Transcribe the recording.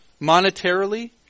monetarily